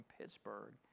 Pittsburgh